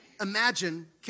imagine